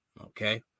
Okay